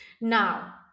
Now